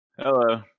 Hello